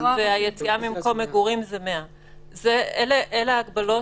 וליציאה ממקום מגורים זה 100. אלה ההגבלות